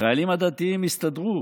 החיילים הדתיים יסתדרו.